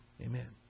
Amen